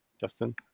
Justin